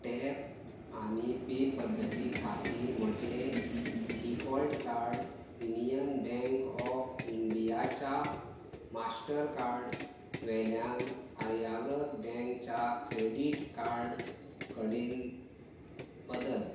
tap आनी pay पद्दती खातीर म्हजें default card union bank of इंडियाच्या मास्टर कार्ड वेल्यान आर्याव्रत बँक च्या क्रॅडीट कार्ड कडेन बदल